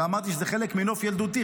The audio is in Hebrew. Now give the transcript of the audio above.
ואמרתי שזה חלק מנוף ילדותי,